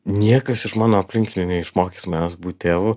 niekas iš mano aplinkinių neišmokys manęs būt tėvu